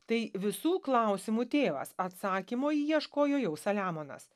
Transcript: tai visų klausimų tėvas atsakymo ieškojo jau saliamonas